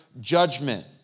judgment